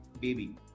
baby